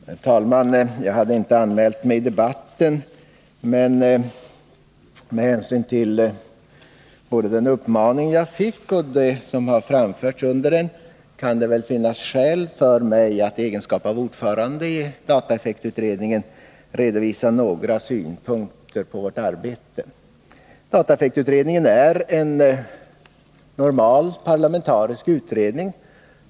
Herr talman! Jag hade inte anmält mig som talare i denna debatt, men med hänsyn till både den uppmaning jag fick och det som har framförts under debatten kan det finnas skäl för mig att i egenskap av ordförande i dataeffektutredningen redovisa några synpunkter på vårt arbete. Dataeffektutredningen är en sedvanlig parlamentarisk utredning.